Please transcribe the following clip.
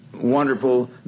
wonderful